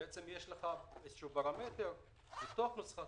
בעצם יש לך איזשהו פרמטר בתוך נוסחת